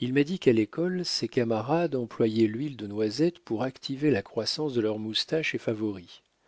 il m'a dit qu'à l'école ses camarades employaient l'huile de noisette pour activer la croissance de leurs moustaches et favoris